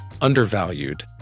undervalued